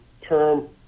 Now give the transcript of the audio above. term